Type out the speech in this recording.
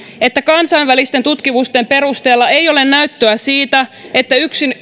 että kansainvälisten tutkimusten perusteella ei ole näyttöä siitä että